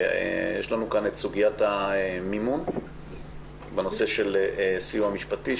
יש לנו כאן את סוגיית המימון בנושא של סיוע משפטי.